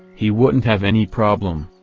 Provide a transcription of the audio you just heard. he wouldn't have any problem.